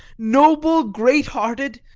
noble, great-hearted,